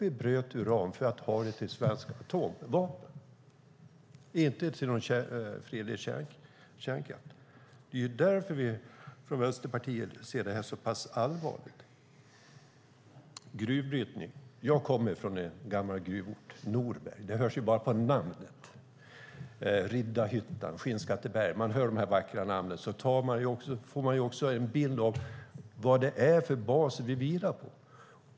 Vi bröt uran för att ha det till svenska atomvapen, inte till någon fredlig kärnkraft. Därför ser vi från Vänsterpartiets sida så pass allvarligt på det. Sedan gällde det gruvbrytningen. Jag kommer från en gammal gruvort, Norberg. Redan när man hör de vackra namnen - Riddarhyttan, Skinnskatteberg - får man en bild av vad det är för bas vi vilar på.